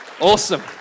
awesome